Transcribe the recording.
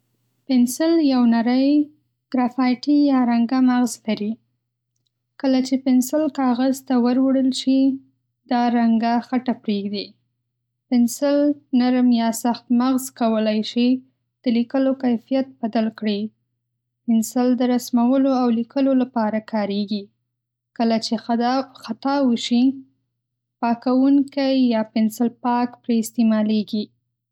پنسل یو نری ګرافایټي یا رنګه مغز لري. کله چې پنسل کاغذ ته وروړل شي، دا رنګه خټه پرېږدي. پنسل نرم یا سخت مغز کولی شي د لیکلو کیفیت بدل کړي. پنسل د رسمولو او لیکلو لپاره کارېږي. کله چې خطا وشي، پاکونکی یا پنسل پاک پرې استعمالیږي.